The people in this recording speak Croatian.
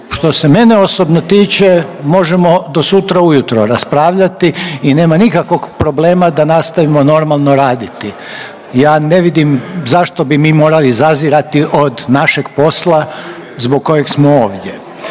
Što se mene osobno tiče, možemo do sutra ujutro raspravljati i nema nikakvog problema da nastavimo normalno raditi. Ja ne vidim zašto bi mi morali zazirati od našeg posla zbog kojeg smo ovdje.